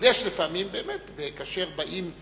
אבל יש לפעמים, באמת כאשר באים,